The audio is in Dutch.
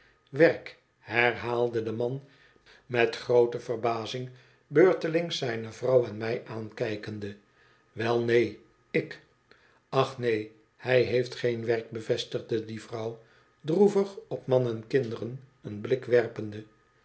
werk herhaalde de man met groote verbazing beurtelings zijne vrouw en mij aankijkende wel neen ik ach neon hij heeft geen werk bevestigde die vrouw droevig op man en kinderen een blik werpende